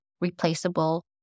replaceable